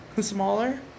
smaller